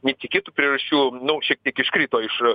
netikėtų priežasčių nu šiek tiek iškrito iš